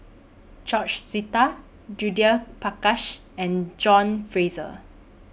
George Sita Judith Prakash and John Fraser